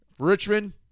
Richmond